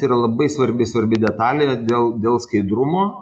yra labai svarbi svarbi detalė dėl dėl skaidrumo